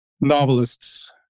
novelists